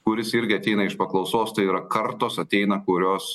kuris irgi ateina iš paklausos tai yra kartos ateina kurios